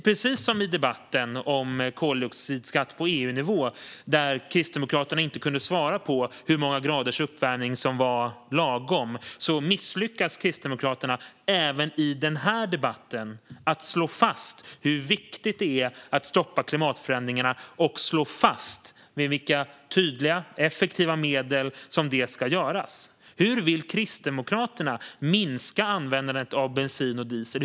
Precis som i debatten om koldioxidskatt på EU-nivå, där Kristdemokraterna inte kunde svara på hur många graders uppvärmning som var lagom, misslyckas dock Kristdemokraterna även i denna debatt med att slå fast hur viktigt det är att stoppa klimatförändringarna och med vilka tydliga och effektiva medel det ska göras. Hur vill Kristdemokraterna minska användandet av bensin och diesel?